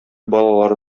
балалары